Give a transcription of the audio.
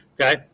okay